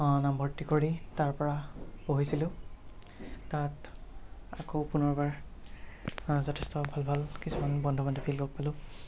নামভৰ্তি কৰি তাৰপৰা পঢ়িছিলোঁ তাত আকৌ পুনৰবাৰ যথেষ্ট ভাল ভাল কিছুমান বন্ধু বান্ধৱীক লগ পালোঁ